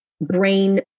brain